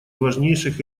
важнейших